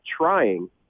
trying